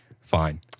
Fine